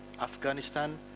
Afghanistan